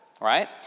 right